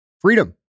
freedom